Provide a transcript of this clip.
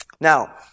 Now